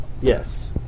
Yes